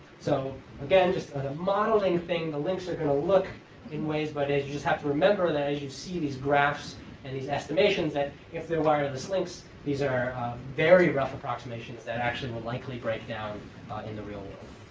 so again, just on a modeling thing, the links are going to look in ways. but you just have to remember that as you see these graphs and these estimations, that if they're wireless links, these are very rough approximations that actually will likely break down in the real